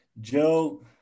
Joe